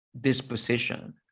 disposition